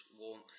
warmth